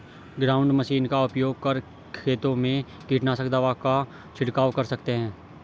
ground machine का उपयोग कर खेतों में कीटनाशक दवा का झिड़काव कर सकते है